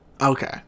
Okay